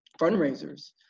fundraisers